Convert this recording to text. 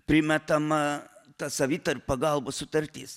primetama ta savitarpio pagalbos sutartis